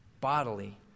bodily